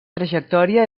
trajectòria